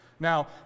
Now